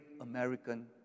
American